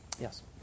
Yes